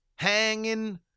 Hanging